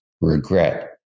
regret